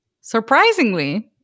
surprisingly